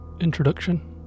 introduction